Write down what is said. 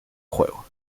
juego